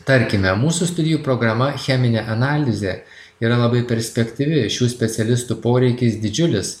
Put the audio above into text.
tarkime mūsų studijų programa cheminė analizė yra labai perspektyvi šių specialistų poreikis didžiulis